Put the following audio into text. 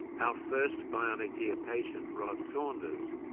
our first bionic ear patient rod saunders,